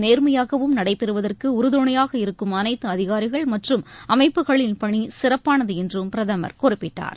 நேர்மையாகவும் நடைபெறுவதற்கு உறுதுணையாக இருக்கும் அனைத்து அதிகாரிகள் மற்றும் அமைப்புகளின் பணி சிறப்பானது என்றும் பிரதமர் குறிப்பிட்டார்